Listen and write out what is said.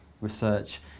research